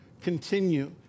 Continue